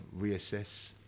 reassess